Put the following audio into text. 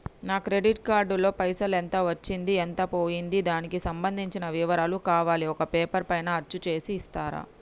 నా credit card లో పైసలు ఎంత వచ్చింది ఎంత పోయింది దానికి సంబంధించిన వివరాలు కావాలి ఒక పేపర్ పైన అచ్చు చేసి ఇస్తరా?